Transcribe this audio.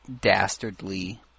Dastardly